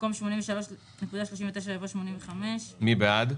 במקום 72.59 יבוא 78. מי בעד?